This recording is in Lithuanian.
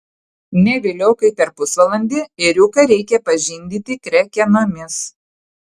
ne vėliau kaip per pusvalandį ėriuką reikia pažindyti krekenomis